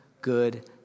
good